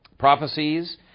prophecies